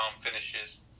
finishes